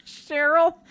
cheryl